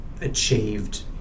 achieved